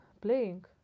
playing